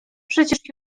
przecież